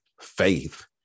faith